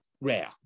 rare